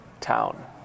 town